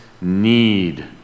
need